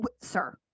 sir